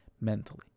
mentally